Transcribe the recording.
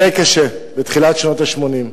שהיה די קשה בתחילת שנות ה-80.